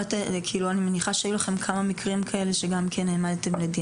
אני מניחה שהיו לכם כמה מקרים כאלה שגם כן העמדתם לדין.